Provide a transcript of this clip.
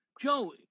Joe